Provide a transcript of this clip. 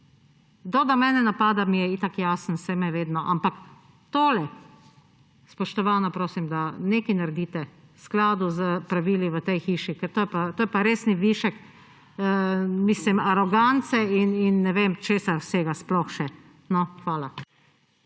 To, da mene napade, mi je itak jasno, saj me vedno, ampak tole! Spoštovana, prosim, da nekaj naredite v skladu s pravili v tej hiši, ker to je pa resni višek arogance in ne vem česa vsega sploh še. Hvala.